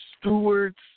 stewards